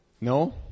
No